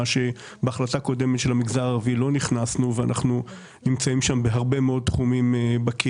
מה שלא הכנסנו בהחלטה הקודמת של המגזר הערבי,